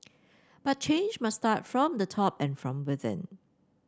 but change must start from the top and from within